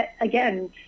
again